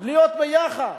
להיות ביחד.